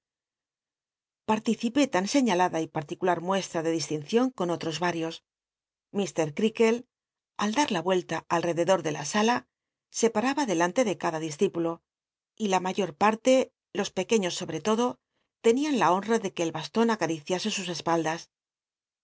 é tan eiialada y paticular muesha de dislincion con ollo mrios ir creakle al d u la vuelta al alrededor de la sala se paraba delante de cada discípulo y la mayor parle lo pequeiios sobre lodo leniau la homa de que el baslon acal'icia e sus espaldas